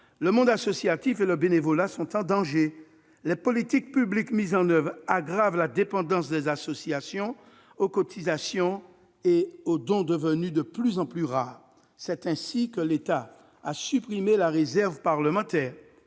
le monde associatif et le bénévolat sont en danger. Les politiques publiques mises en oeuvre aggravent la dépendance des associations aux cotisations et aux dons devenus de plus en plus rares. C'est ainsi que l'État a supprimé la réserve parlementaire,